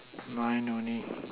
nine only